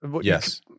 yes